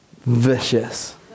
Vicious